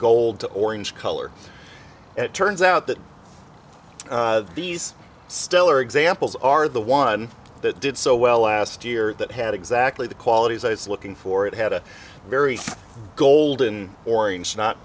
to orange color it turns out that these stellar examples are the one that did so well last year that had exactly the qualities i was looking for it had a very golden orange not